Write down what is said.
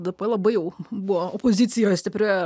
dabar labai jau buvo opozicijoj stiprioje